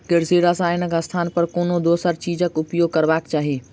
कृषि रसायनक स्थान पर कोनो दोसर चीजक उपयोग करबाक चाही